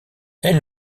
elle